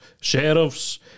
sheriffs